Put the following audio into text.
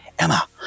Emma